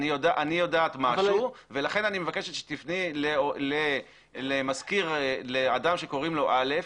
לחברה: אני יודעת משהו ולכן אני מבקשת שתפני לאדם שקוראים לו א',